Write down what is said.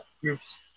groups